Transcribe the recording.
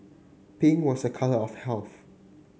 pink was a colour of health